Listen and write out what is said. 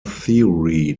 theory